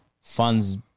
funds